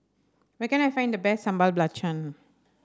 where can I find the best Sambal Belacan